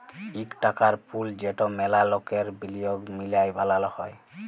ইক টাকার পুল যেট ম্যালা লকের বিলিয়গ মিলায় বালাল হ্যয়